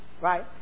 Right